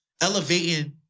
elevating